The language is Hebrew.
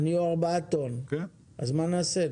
מה נעשה?